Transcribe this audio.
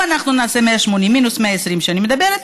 אם אנחנו נעשה 180,000 מינוס ה-120,000 שאני מדברת,